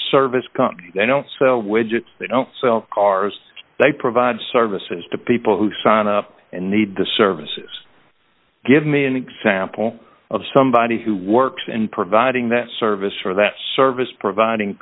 service company they don't sell widgets they don't sell cars they provide services to people who sign up and need the services give me an example of somebody who works in providing that service for that service providing